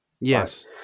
Yes